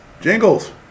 Jingles